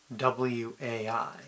WAI